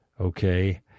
okay